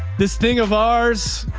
this thing of ours,